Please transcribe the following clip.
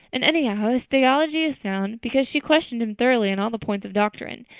and anyhow his theology is sound because she questioned him thoroughly on all the points of doctrine.